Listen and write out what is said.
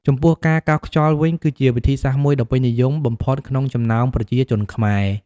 ចំពោះការកោសខ្យល់វិញ គឺជាវិធីសាស្ត្រមួយដ៏ពេញនិយមបំផុតក្នុងចំណោមប្រជាជនខ្មែរ។